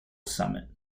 summit